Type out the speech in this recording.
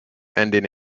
ending